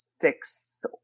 six